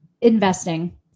investing